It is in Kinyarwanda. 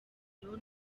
bitaro